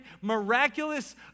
miraculous